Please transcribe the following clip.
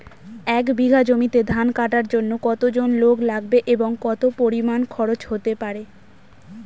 এক বিঘা জমিতে ধান কাটার জন্য কতজন লোক লাগবে এবং কত পরিমান খরচ হতে পারে?